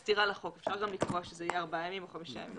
אפשר גם לקבוע שאלה יהיו ארבעה ימים או חמישה ימים.